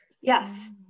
Yes